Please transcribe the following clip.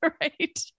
right